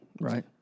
right